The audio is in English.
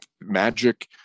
magic